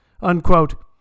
unquote